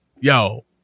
Yo